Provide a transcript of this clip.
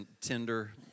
tender